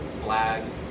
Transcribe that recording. flag